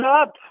up